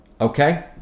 Okay